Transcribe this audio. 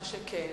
מה שכן,